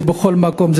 זה נמצא בכל מקום.